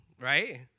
right